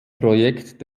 projekt